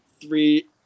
three